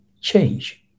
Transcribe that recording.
change